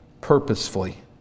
purposefully